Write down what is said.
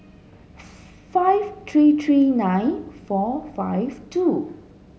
five three three nine four five two